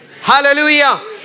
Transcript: Hallelujah